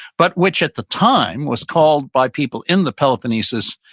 but which at the time was called by people in the peloponnesus,